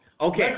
Okay